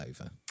over